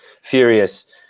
furious